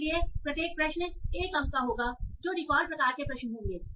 इसलिए प्रत्येक प्रश्न 1 अंक का होगा जो रिकॉल प्रकार के प्रश्न होंगे